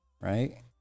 right